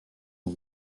and